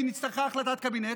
כי הוצרכה החלטת קבינט,